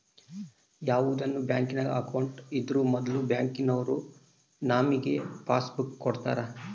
ಯಾವುದನ ಬ್ಯಾಂಕಿನಾಗ ಅಕೌಂಟ್ ಇದ್ರೂ ಮೊದ್ಲು ಬ್ಯಾಂಕಿನೋರು ನಮಿಗೆ ಪಾಸ್ಬುಕ್ ಕೊಡ್ತಾರ